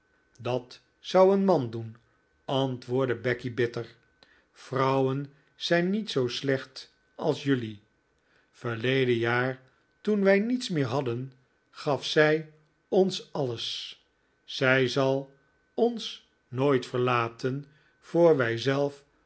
dat zou een man doen antwoordde becky bitter vrouwen zijn niet zoo slecht als jelui verleden jaar toen wij niets meer hadden gaf zij ons alles zij zal ons nooit verlaten voor